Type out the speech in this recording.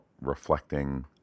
reflecting